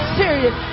serious